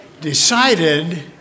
decided